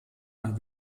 ein